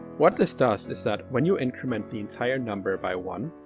what this does is that, when you increment the entire number by one,